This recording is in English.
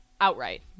Outright